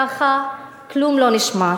ככה כלום לא נשמר.